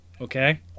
Okay